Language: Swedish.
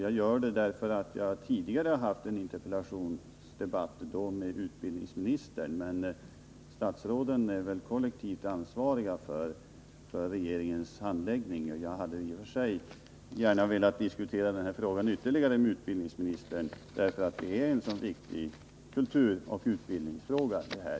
Jag gör det därför att jag tidigare har deltagit i en interpellationsdebatt — då med utbildningsministern, men statsråden är väl kollektivt ansvariga för regeringens åtgärder — och hade velat diskutera denna fråga ytterligare med utbildningsministern, eftersom det gäller en så viktig kulturoch utbildningsproblematik.